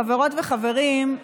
חברות וחברים,